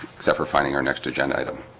except for finding our next agenda item